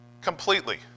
completely